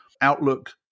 Outlook